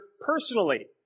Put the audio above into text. personally